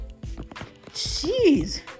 jeez